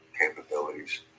capabilities